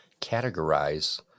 categorize